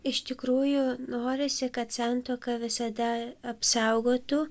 iš tikrųjų norisi kad santuoka visada apsaugotų